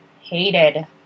hated